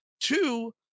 Two